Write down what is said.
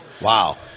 Wow